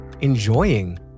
enjoying